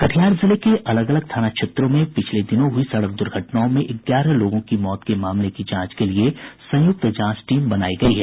कटिहार जिले के अलग अलग थाना क्षेत्रों में पिछले दिनों हुई सड़क दुर्घटनाओं में ग्यारह लोगों की मौत के मामले की जांच के लिये संयुक्त जांच टीम बनाई गई है